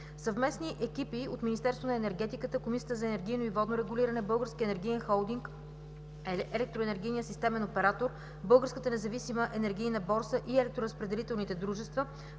Съвместни екипи от Министерството на енергетиката, Комисията за енергийно и водно регулиране, Българският енергиен холдинг, Електроенергийният системен оператор, Българската независима енергийна борса и електроразпределителните дружества